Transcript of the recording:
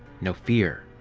no fear.